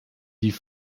die